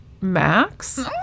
max